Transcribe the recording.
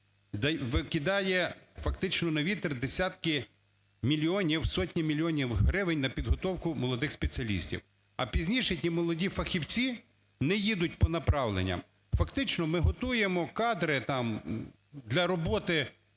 викидає фактично на вітер десятки мільйонів, сотні мільйонів гривень на підготовку молодих спеціалістів, а пізніше ті молоді фахівці не їдуть по направленнях. Фактично, ми готуємо кадри, там для роботи